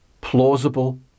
plausible